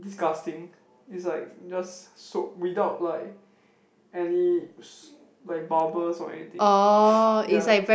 disgusting is like just soap without like any like s~ bubbles or anything ya